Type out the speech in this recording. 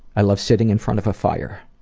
i love sitting in front of a fire.